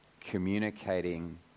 communicating